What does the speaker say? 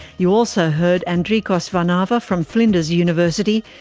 you also heard andrekos varnava from flinders university,